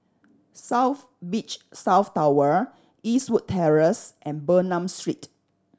South Beach South Tower Eastwood Terrace and Bernam Street